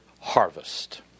harvest